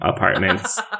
apartments